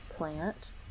plant